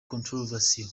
controversial